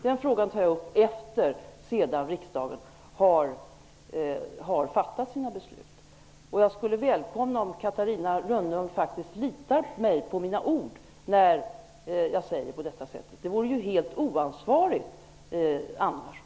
Den frågan tar jag upp efter det att riksdagen har fattat sina beslut. Jag skulle välkomna om Catarina Rönnung litar på mina ord när jag säger detta. Det vore helt oansvarigt annars.